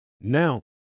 Now